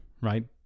right